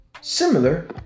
similar